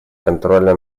контроля